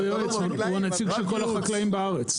הוא נציג של כל החקלאים בארץ.